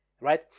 right